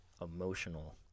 emotional